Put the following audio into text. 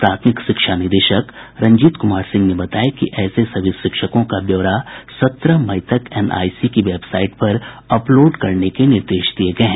प्राथमिक शिक्षा निदेशक रंजीत कुमार सिंह ने बताया कि ऐसे सभी शिक्षकों का ब्यौरा सत्रह मई तक एनआईसी की वेबसाईट पर अपलोड करने के निर्देश दिये गये हैं